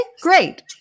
great